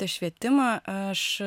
tą švietimą aš